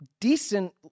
decent